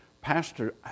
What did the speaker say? Pastor